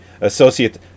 associate